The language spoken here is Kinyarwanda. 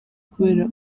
kubera